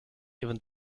even